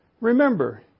Remember